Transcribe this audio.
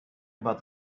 about